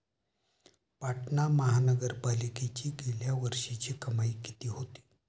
पाटणा महानगरपालिकेची गेल्या वर्षीची कमाई किती होती?